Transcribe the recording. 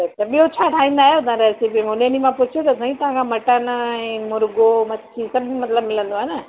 त ॿियो छा ठाहींदा आहियो तव्हां रेसिपी में हुन ॾींहं मां पुछियो त सही तव्हां खां मटन ऐं मुर्गो मच्छी सभु मतलबु मिलंदो आहे न